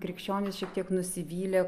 krikščionys šiek tiek nusivylė